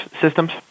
systems